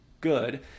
good